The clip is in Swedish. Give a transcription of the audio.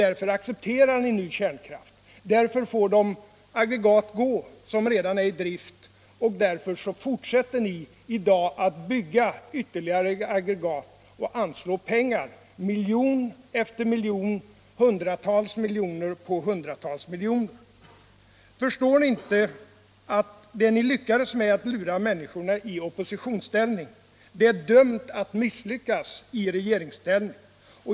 Därför accepterar ni nu kärnkraften, därför får de aggregat som redan är i drift fortsätta att gå och därför bygger ni också nya aggregat och anslår ytterligare miljon efter miljon och hundratals miljoner på hundratals miljoner. Förstår ni inte att era försök att lura människorna, som ni lyckades med i oppositionsställning, är dömda att misslyckas i regeringsställning?